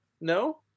No